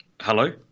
Hello